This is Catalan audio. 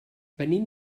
venim